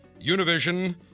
Univision